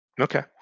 Okay